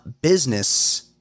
business